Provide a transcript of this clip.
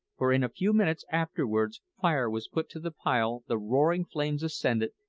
for in a few minutes afterwards fire was put to the pile, the roaring flames, ascended,